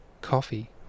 coffee